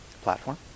platform